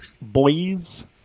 boys